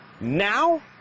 Now